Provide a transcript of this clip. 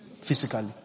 physically